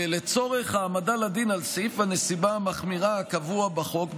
ולצורך העמדה לדין על סעיף הנסיבה המחמירה הקבוע בחוק,